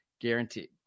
guaranteed